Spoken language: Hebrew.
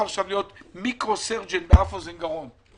עכשיו להיות מנתח-מיקרו במחלקת אף אוזן גרון.